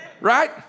Right